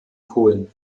polen